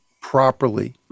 properly